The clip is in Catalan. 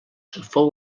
fou